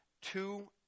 two